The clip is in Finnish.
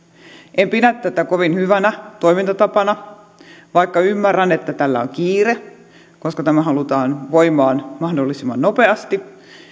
en pidä tätä kovin hyvänä toimintatapana vaikka ymmärrän että tällä on kiire koska tämä halutaan voimaan mahdollisimman nopeasti